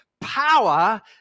power